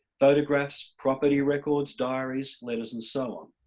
photographs, property records, diaries, letters and so on.